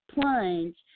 plunge